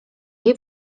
jej